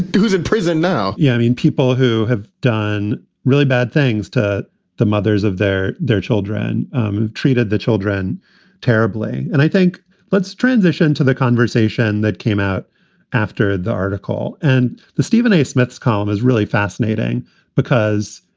who's in prison now? yeah, i mean, people who have done really bad things to the mothers of their their children who've um treated the children terribly and i think let's transition to the conversation that came out after the article and the stephen a. smith's column is really fascinating because